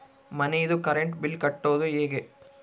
ಮನಿದು current bill ಕಟ್ಟೊದು ಹೇಗೆ?